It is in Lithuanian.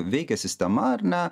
veikia sistema ar ne